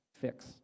fix